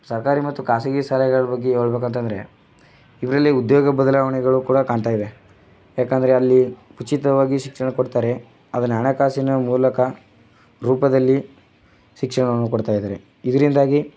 ಸರ್ಕಾರಿ ಮತ್ತು ಖಾಸಗಿ ಶಾಲೆಗಳ ಬಗ್ಗೆ ಹೇಳ್ಬೇಕು ಅಂತ ಅಂದ್ರೆ ಇದರಲ್ಲಿ ಉದ್ಯೋಗ ಬದಲಾವಣೆಗಳು ಕೂಡ ಕಾಣ್ತಾಯಿವೆ ಏಕೆಂದ್ರೆ ಅಲ್ಲಿ ಉಚಿತವಾಗಿ ಶಿಕ್ಷಣ ಕೊಡ್ತಾರೆ ಅದನ್ನು ಹಣಕಾಸಿನ ಮೂಲಕ ರೂಪದಲ್ಲಿ ಶಿಕ್ಷಣವನ್ನು ಕೊಡ್ತಾಯಿದ್ದಾರೆ ಇದರಿಂದಾಗಿ